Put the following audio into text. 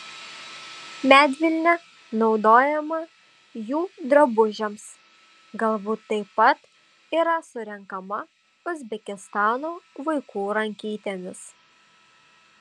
medvilnė naudojama jų drabužiams galbūt taip pat yra surenkama uzbekistano vaikų rankytėmis